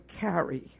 carry